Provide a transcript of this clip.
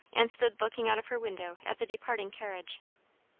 and stood looking out of her window at the departing carriage.